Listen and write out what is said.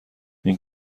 این